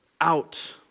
out